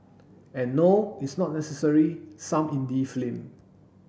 and no it's not necessarily some indie film